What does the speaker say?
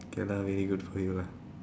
can ah very good for you ah